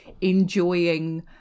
enjoying